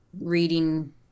reading